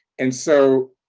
and so,